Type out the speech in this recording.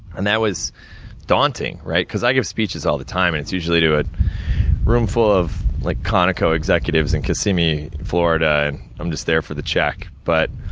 and, that was daunting, right? because i give speeches all the time, and it's usually to a room full of like conoco executives in and kissimmee, florida, and i'm just there for the check. but,